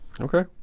Okay